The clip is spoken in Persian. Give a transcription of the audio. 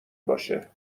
باشه